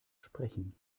sprechen